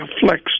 flex